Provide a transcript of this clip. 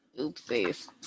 Oopsies